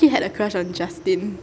had a crush on justin